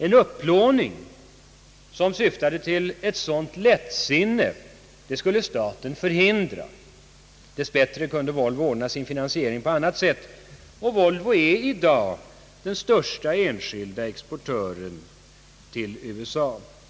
En upplåning som syftade till ett sådant lättsinne skulle staten förhindra. Dess bättre kunde Volvo ordna sin finansiering på annat sätt, och Volvo är i dag den största enskilda svenska exportören till USA.